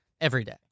everyday